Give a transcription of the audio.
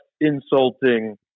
insulting